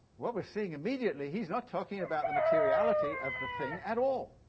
what we're seeing immediately he's not talking about the materiality of the thing at all.